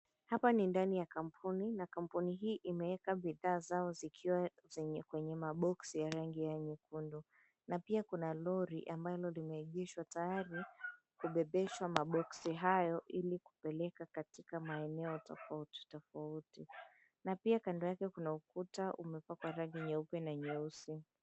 Hapa ni ndani ya kampuni na kampuni hii imeeka bidhaa zao zikiwa kwenye maboksi ya rangi ya nyekundu, na pia kuna lori ambalo limeegeshwa tayari kubebeshwa maboksi hayo ili kupeleka katika maeneo tofauti tofauti, na pia kando yake kuna ukuta umepakwa rangi nyeupe na nyeusi.